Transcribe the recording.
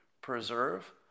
preserve